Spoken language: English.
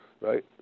right